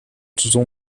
之中